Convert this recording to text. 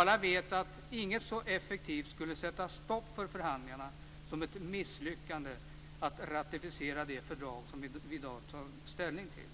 Alla vet att inget så effektivt skulle sätta stopp för förhandlingarna som ett misslyckande att ratificera det fördrag som vi i dag tar ställning till.